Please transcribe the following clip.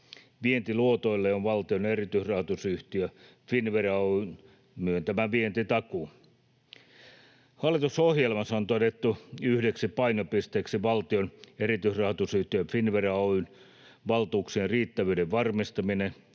Vientiluotoille on valtion erityisrahoitusyhtiö Finnvera Oyj:n myöntämä vientitakuu. Hallitusohjelmassa on todettu yhdeksi painopisteeksi valtion erityisrahoitusyhtiö Finnvera Oyj:n valtuuksien riittävyyden varmistaminen